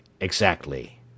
exactly